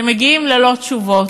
שמגיעים ללא תשובות,